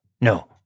No